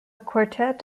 quartet